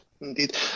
indeed